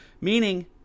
meaning